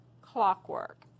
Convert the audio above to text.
clockwork